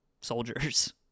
soldiers